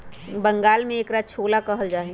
बंगाल में एकरा छोला कहल जाहई